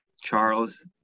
Charles